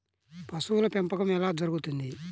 పశువుల పెంపకం ఎలా జరుగుతుంది?